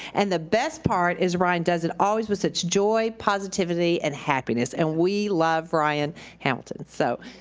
and the best part is ryan does it always with such joy, positivity and happiness. and we love ryan hamilton. so